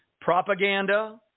propaganda